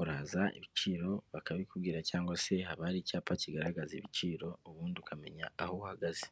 uraza ibiciro bakabikubwira cyangwa se haba hari icyapa kigaragaza ibiciro ubundi ukamenya aho uhagaze.